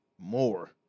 more